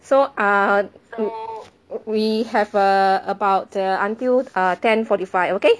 so uh mm we have err about the until err ten forty five okay